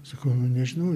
sakau nu nežinau